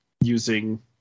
using